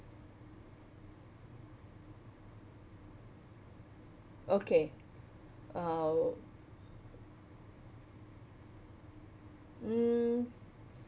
okay uh mm